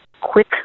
quick